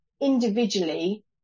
individually